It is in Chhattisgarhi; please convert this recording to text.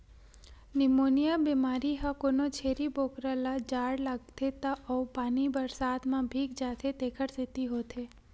निमोनिया बेमारी ह कोनो छेरी बोकरा ल जाड़ लागथे त अउ पानी बरसात म भीग जाथे तेखर सेती होथे